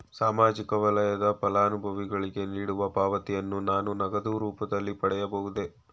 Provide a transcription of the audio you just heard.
ಸಾಮಾಜಿಕ ವಲಯದ ಫಲಾನುಭವಿಗಳಿಗೆ ನೀಡುವ ಪಾವತಿಯನ್ನು ನಾನು ನಗದು ರೂಪದಲ್ಲಿ ಪಡೆಯಬಹುದೇ?